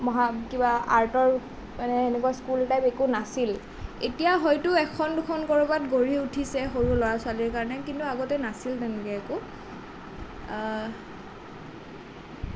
কিবা আৰ্টৰ মানে এনেকুৱা স্কুল টাইপ একো নাছিল এতিয়া হয়তো এখন দুখন ক'ৰবাত গঢ়ি উঠিছে সৰু ল'ৰা ছোৱালীৰ কাৰণে কিন্তু আগতে নাছিল তেনেকৈ একো